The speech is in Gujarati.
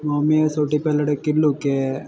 મમ્મીએ સૌથી પહેલાં તો કીધેલું કે